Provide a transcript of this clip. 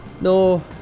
No